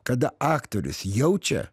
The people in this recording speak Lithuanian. kada aktorius jaučia